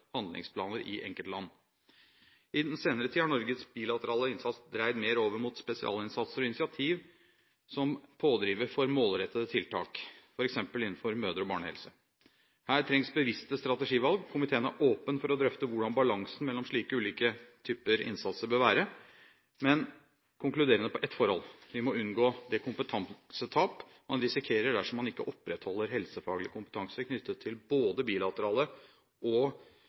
handlingsplaner i enkeltland. I den senere tid har Norges bilaterale innsats dreid mer over mot spesialinnsatser og initiativ som pådriver for målrettede tiltak, f.eks. innenfor mødre- og barnehelse. Her trengs bevisste strategivalg. Komiteen er åpen for å drøfte hvordan balansen mellom slike ulike typer innsatser bør være, men konkluderer på ett forhold: Vi må unngå det kompetansetap man risikerer dersom man ikke opprettholder helsefaglig kompetanse knyttet til både bilaterale og